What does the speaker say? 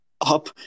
up